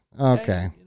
Okay